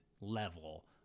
level